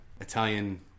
Italian